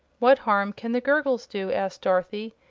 what harm can the gurgles do? asked dorothy.